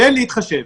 כן להתחשב.